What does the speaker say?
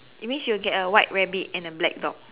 it means you will get a white rabbit and a black dog